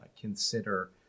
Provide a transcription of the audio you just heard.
consider